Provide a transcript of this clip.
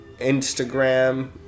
instagram